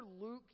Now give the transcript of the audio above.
Luke